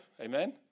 Amen